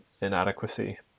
inadequacy